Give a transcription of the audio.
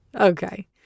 Okay